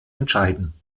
entscheiden